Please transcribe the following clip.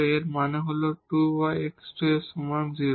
এর মানে হল 2 y x2 সমান 0 হবে